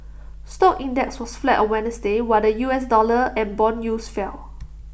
stock index was flat on Wednesday while the U S dollar and Bond yields fell